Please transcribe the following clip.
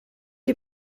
est